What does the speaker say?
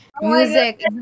Music